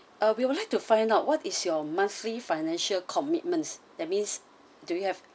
uh we would like to find out what is your monthly financial commitments that means do we have